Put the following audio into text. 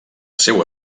seu